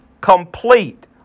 complete